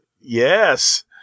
Yes